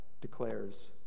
declares